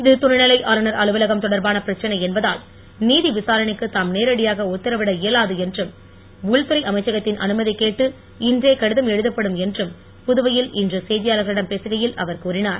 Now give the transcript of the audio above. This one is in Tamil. இது துணைநிலை ஆளுநர் அலுவலகம் தொடர்பான பிரச்னை என்பதால் நீதி விசாரணைக்கு தாம் நேரடியாக உத்தரவிட இயலாது என்றும் உள்துறை அமைச்சகத்தின் அனுமதி கேட்டு இன்றே கடிதம் எழுதப்படும் என்றும் புதுவையில் இன்று செய்தியாளர்களிடம் பேசுகையில் அவர் கூறினார்